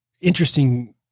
interesting